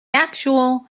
actual